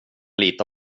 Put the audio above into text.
lita